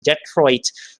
detroit